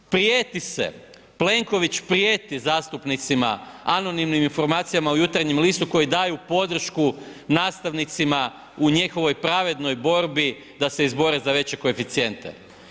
Prijeti se, Plenković prijeti zastupnicima anonimnim informacijama u Jutarnjem listu koji daju podršku nastavnicima u njihovoj pravednoj borbi da se izbore za veće koeficijente.